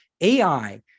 AI